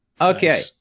Okay